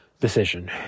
decision